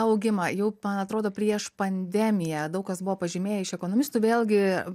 augimą jau man atrodo prieš pandemiją daug kas buvo pažymėję iš ekonomistų vėlgi